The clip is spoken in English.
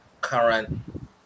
current